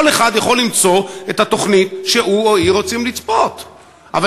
כל אחד יכול למצוא את התוכנית שהוא או היא רוצים לצפות בה.